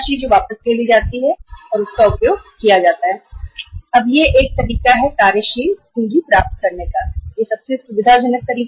अब यह एक तरीका है और यह उत्पादन क्षेत्र द्वारा बैंकों से कार्यशील पूँजी प्राप्त करने का सबसे आसान तरीका है